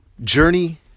journey